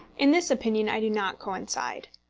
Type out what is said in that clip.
in this opinion i do not coincide.